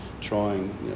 trying